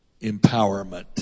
empowerment